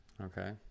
Okay